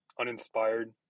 Uninspired